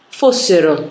fossero